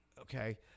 Okay